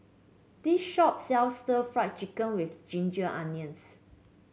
this shop sells stir Fry Chicken with Ginger Onions